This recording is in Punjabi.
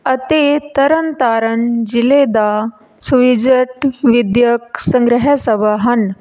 ਅਤੇ ਤਰਨਤਾਰਨ ਜ਼ਿਲ੍ਹੇ ਦਾ ਸਵਿਜਟ ਵਿੱਦਿਅਕ ਸੰਗ੍ਰਹਿ ਸਭਾ ਹਨ